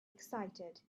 excited